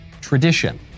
tradition